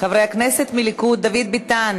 חברי הכנסת מהליכוד, דוד ביטן,